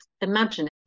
imagine